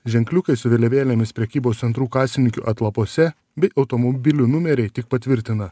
ženkliukais su vėliavėlėmis prekybos centrų kasininkių atlapuose bei automobilių numeriai tik patvirtina